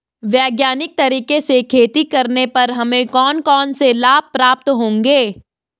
वैज्ञानिक तरीके से खेती करने पर हमें कौन कौन से लाभ प्राप्त होंगे?